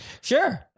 Sure